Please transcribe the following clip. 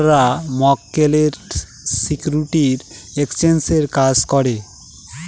ব্রোকাররা মক্কেলের সিকিউরিটি এক্সচেঞ্জের কাজ করে